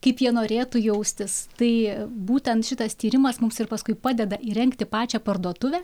kaip jie norėtų jaustis tai būtent šitas tyrimas mums ir paskui padeda įrengti pačią parduotuvę